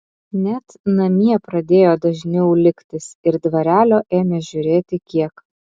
net namie pradėjo dažniau liktis ir dvarelio ėmė žiūrėti kiek